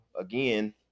again